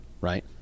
Right